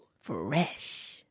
Fresh